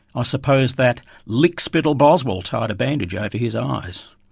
ah suppose that lick-spittle boswell. tied a bandage ah over his eyes.